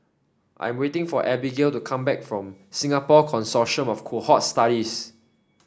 I am waiting for Abigayle to come back from Singapore Consortium of Cohort Studies